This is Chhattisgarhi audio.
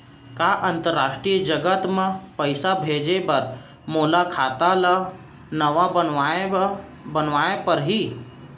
का अंतरराष्ट्रीय जगह म पइसा भेजे बर मोला खाता ल नवा बनवाना पड़ही?